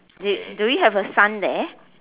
is it do you have a sun there